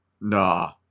nah